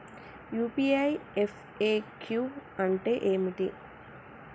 UPI FAQ అంటే ఏమిటి?